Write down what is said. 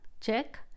check